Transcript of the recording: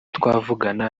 twavugana